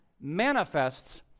manifests